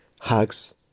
Hugs